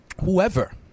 Whoever